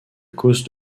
cause